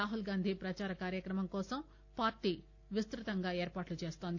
రాహుల్ గాంధీ ప్రచార కార్యక్రమంకోసం పార్టీ విస్తృతంగా ఏర్పాట్లు చేస్తోంది